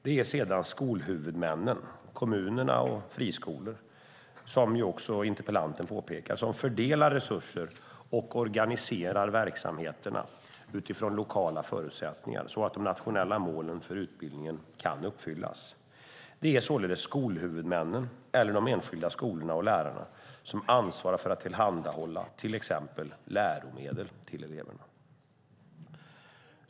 Det är sedan skolhuvudmännen, kommunerna och friskolorna, vilket också interpellanten påpekar, som fördelar resurser och organiserar verksamheterna utifrån lokala förutsättningar så att de nationella målen för utbildningen kan uppfyllas. Det är således skolhuvudmännen eller de enskilda skolorna och lärarna som ansvarar för att tillhandahålla till exempel läromedel till eleverna.